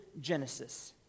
Genesis